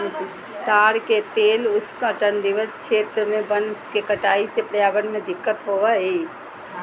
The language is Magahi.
ताड़ के तेल उष्णकटिबंधीय क्षेत्र में वन के कटाई से पर्यावरण में दिक्कत होबा हइ